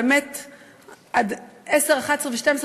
עד 22:00,